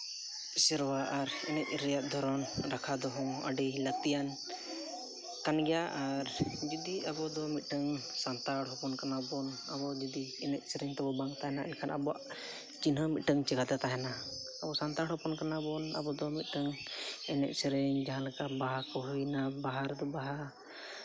ᱥᱮᱨᱣᱟ ᱟᱨ ᱮᱱᱮᱡ ᱨᱮᱭᱟᱜ ᱫᱚ ᱨᱟᱠᱷᱟ ᱫᱚᱦᱚ ᱟᱹᱰᱤ ᱞᱟᱹᱠᱛᱤᱭᱟᱱ ᱠᱟᱱ ᱜᱮᱭᱟ ᱟᱨ ᱡᱩᱫᱤ ᱟᱵᱚ ᱫᱚ ᱢᱤᱫᱴᱟᱝ ᱥᱟᱱᱛᱟᱲ ᱦᱚᱯᱚᱱ ᱠᱟᱱᱟ ᱵᱚᱱ ᱟᱵᱚ ᱡᱩᱫᱤ ᱮᱱᱮᱡ ᱥᱮᱨᱮᱧ ᱛᱟᱵᱚᱱ ᱵᱟᱝ ᱛᱟᱦᱮᱱᱟ ᱮᱱᱠᱷᱟᱱ ᱟᱵᱚᱣᱟᱜ ᱪᱤᱱᱦᱟᱹᱣ ᱢᱤᱫᱴᱟᱹᱝ ᱪᱤᱠᱟᱹᱛᱮ ᱛᱟᱦᱮᱱᱟ ᱟᱵᱚ ᱥᱟᱱᱛᱟᱲ ᱦᱚᱯᱚᱱ ᱠᱟᱱᱟ ᱵᱚᱱ ᱟᱵᱚ ᱫᱚ ᱢᱤᱫᱴᱟᱝ ᱮᱱᱮᱡ ᱥᱮᱨᱮᱧ ᱡᱟᱦᱟᱸ ᱞᱮᱠᱟ ᱵᱟᱦᱟ ᱠᱚ ᱦᱩᱭᱱᱟ ᱵᱟᱦᱟ ᱨᱮᱫᱚ ᱵᱟᱦᱟ